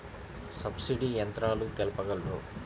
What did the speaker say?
Subsidy యంత్రాలు తెలుపగలరు?